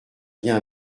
rien